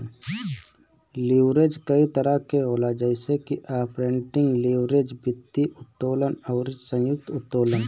leverage कई तरही के होला जइसे की आपरेटिंग लीवरेज, वित्तीय उत्तोलन अउरी संयुक्त उत्तोलन